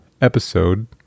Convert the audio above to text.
episode